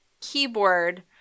keyboard